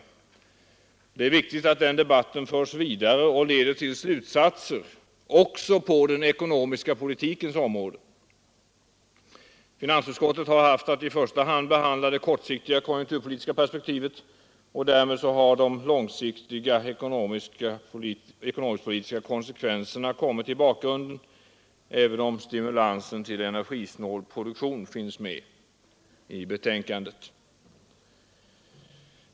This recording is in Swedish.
Det är viktigt att den debatten förs vidare och leder till slutsatser också på den ekonomiska politikens område. Finansutskottet har haft att i första hand behandla det kortsiktiga konjunkturpolitiska perspektivet, och därmed har de långsiktiga ekonomisk-politiska konsekvenserna kommit i bakgrunden, även om stimulansen till energisnål produktion finns med i betänkandet.